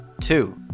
two